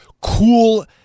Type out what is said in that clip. cool